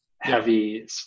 heavy